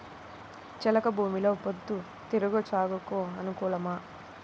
చెలక భూమిలో పొద్దు తిరుగుడు సాగుకు అనుకూలమా?